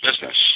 business